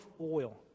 oil